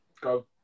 Go